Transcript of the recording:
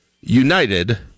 United